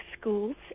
schools